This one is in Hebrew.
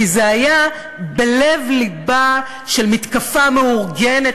כי זה היה בלב-לבה של מתקפה מאורגנת